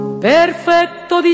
perfecto